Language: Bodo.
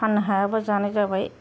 फाननो हायाब्ला जानाय जाबाय